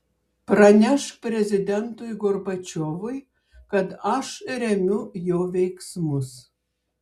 pranešk prezidentui gorbačiovui kad aš remiu jo veiksmus